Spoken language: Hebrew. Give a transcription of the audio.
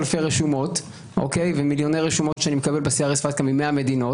אלפי ומיליוני רשומות שאני מקבל ב-CRS-פטקא ממאה מדינות.